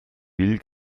will